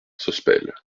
sospel